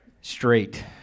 Straight